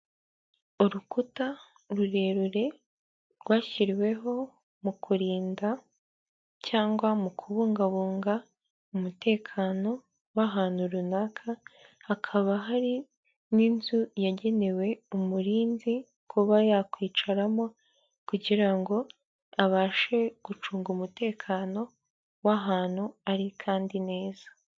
Urukuta rurerure rwashyiriweho mu kurinda cyangwa mu kubungabunga umutekano w'ahantu runaka, hakaba hari n'inzu yagenewe umurinzi kuba yakwicaramo kugira ngo abashe gucunga umutekano w'ahantu ari kandi neza.